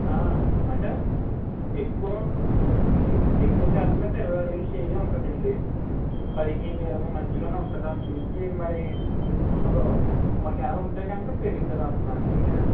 అంటే ఎక్కువ ఎక్కువ శాతం అయితే ఇరవై అడుగుల స్టేజే ఉంటదండి పదిహేను ఇరవై మధ్యలోనే ఉంటుంది అంతకుమించి మరి ఉండదు ఒక వేళ ఉంటే కనుక పెరుగుతది అంటున్నా అందుకనే